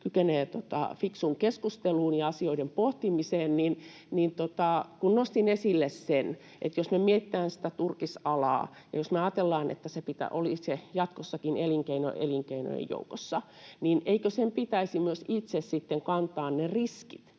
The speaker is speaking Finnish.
kykenee fiksuun keskusteluun ja asioiden pohtimiseen: Nostin esille sen, että jos me mietitään turkisalaa ja jos me ajatellaan, että se olisi jatkossakin elinkeino elinkeinojen joukossa, niin eikö sen pitäisi myös itse sitten kantaa ne riskit,